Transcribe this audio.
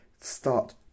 start